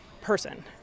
person